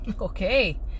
okay